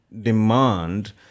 demand